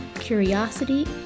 curiosity